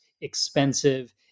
expensive